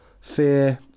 Fear